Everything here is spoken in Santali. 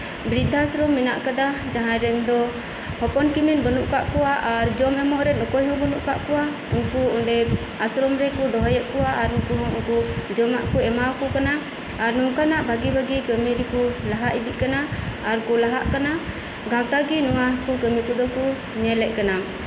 ᱵᱤᱨᱫᱷᱟ ᱟᱥᱨᱚᱢ ᱢᱮᱱᱟᱜ ᱠᱟᱫᱟ ᱡᱟᱸᱦᱟᱭ ᱨᱮᱱ ᱫᱚ ᱦᱚᱯᱚᱱ ᱠᱤᱢᱤᱱ ᱵᱟᱹᱱᱩᱜ ᱠᱟᱜ ᱠᱚᱣᱟ ᱟᱨ ᱡᱚᱢ ᱮᱢᱚᱜ ᱨᱮᱱ ᱚᱠᱚᱭᱦᱚᱸ ᱵᱟᱹᱱᱩᱜ ᱠᱟᱜ ᱠᱚᱣᱟ ᱩᱱᱠᱩ ᱚᱱᱰᱮ ᱟᱥᱨᱚᱢ ᱨᱮᱠᱚ ᱫᱚᱦᱚᱭᱮᱜ ᱠᱚᱣᱟ ᱩᱱᱠᱩᱦᱚᱸ ᱡᱚᱢᱟᱜ ᱠᱚ ᱮᱢᱟ ᱠᱚ ᱠᱟᱱᱟ ᱟᱨ ᱱᱚᱝᱠᱟᱱᱟᱜ ᱵᱷᱟᱜᱤ ᱵᱷᱟᱹᱜᱤ ᱠᱟᱹᱢᱤ ᱨᱮᱠᱚ ᱞᱟᱦᱟ ᱤᱫᱤᱜ ᱠᱟᱱᱟ ᱟᱨ ᱠᱚ ᱞᱟᱦᱟᱜ ᱠᱟᱱᱟ ᱟᱨ ᱜᱟᱶᱛᱟᱜᱮ ᱱᱚᱣᱟ ᱠᱚ ᱠᱟᱹᱢᱤ ᱠᱚᱫᱚ ᱠᱚ ᱧᱮᱞᱮᱫ ᱠᱟᱱᱟ